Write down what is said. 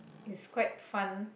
it's quite fun